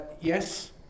Yes